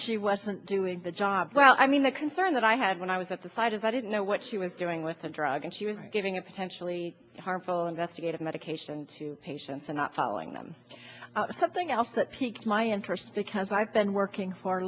she wasn't doing the job well i mean the concern that i had when i was at the site is i didn't know what she was doing with the drug and she was giving a potentially harmful investigative medication to patients and not following them something else that piqued my first because i've been working for a